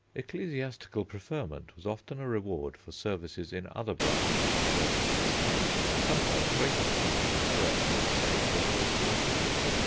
ecclesiastical preferment was often a reward for services in other branches of the service of the state. sometimes great offices in the church and the state were held simultaneously.